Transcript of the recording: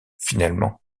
finalement